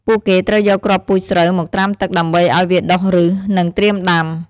ពួកគេត្រូវយកគ្រាប់ពូជស្រូវមកត្រាំទឹកដើម្បីឱ្យវាដុះឬស និងត្រៀមដាំ។